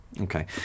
Okay